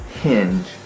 Hinge